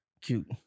Cute